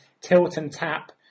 tilt-and-tap